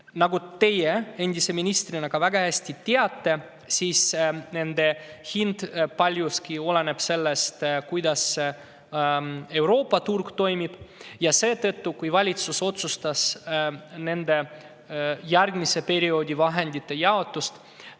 Nagu teie endise ministrina ka väga hästi teate, selle hind oleneb paljuski sellest, kuidas Euroopa turg toimib. Ja kui valitsus otsustas järgmise perioodi vahendite jaotust,